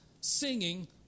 singing